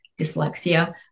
dyslexia